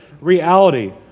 reality